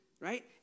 right